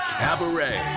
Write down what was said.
cabaret